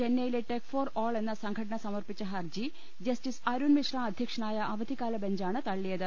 ചെന്നൈയിലെ tech for all എന്ന സംഘടന സമർപ്പിച്ച ഹർജി ജസ്റ്റിസ് അരുൺ മിശ്ര അധ്യക്ഷനായ അവധിക്കാല ബെഞ്ചാണ് തള്ളിയത്